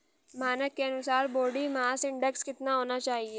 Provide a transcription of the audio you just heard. मानक के अनुसार बॉडी मास इंडेक्स कितना होना चाहिए?